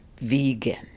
vegan